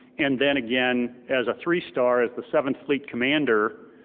and then again as a three star, as the seventh fleet commander,